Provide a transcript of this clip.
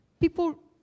People